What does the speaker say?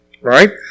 Right